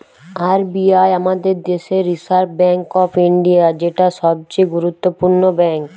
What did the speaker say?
R B I আমাদের দেশের reserve bank of India, যেটা সবচে গুরুত্বপূর্ণ ব্যাঙ্ক